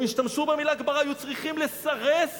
הם השתמשו במלה "גמרא", היו צריכים לסרס